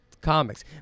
comics